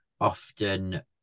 often